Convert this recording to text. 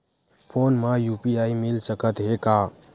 Phone मा UPI मिल सकत हे का?